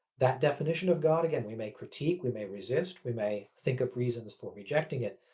that definition of god, again, we may critique, we may resist, we may think of reasons for rejecting it.